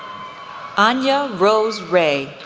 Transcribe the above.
anya rose ray,